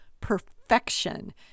perfection